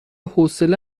حوصله